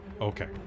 Okay